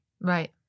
Right